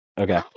Okay